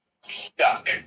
stuck